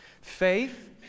faith